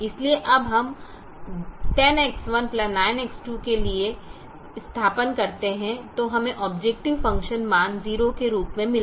इसलिए जब हम 10X19X2 के लिए स्थानापन्न करते हैं तो हमें ऑबजेकटिव फ़ंक्शन मान 0 के रूप में मिला